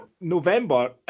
november